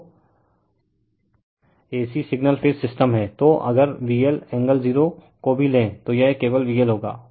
तो अगर VL angle 0 को भी लें तो यह केवल VL होगा